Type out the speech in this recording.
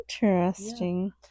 Interesting